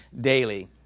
daily